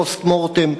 פוסט-מורטם,